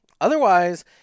Otherwise